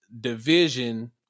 division